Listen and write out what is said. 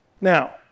Now